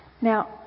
Now